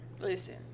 Listen